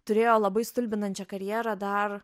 turėjo labai stulbinančią karjerą dar